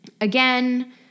Again